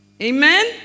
Amen